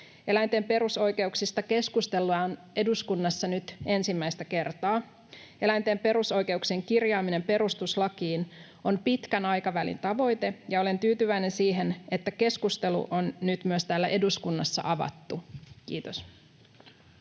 Eläinten perusoikeuksista keskustellaan eduskunnassa nyt ensimmäistä kertaa. Eläinten perusoikeuksien kirjaaminen perustuslakiin on pitkän aikavälin tavoite, ja olen tyytyväinen siihen, että keskustelu on nyt myös täällä eduskunnassa avattu. — Kiitos.